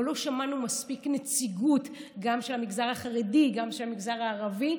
אבל לא שמענו מספיק נציגות גם של המגזר החרדי וגם של המגזר הערבי.